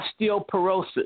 osteoporosis